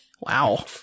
Wow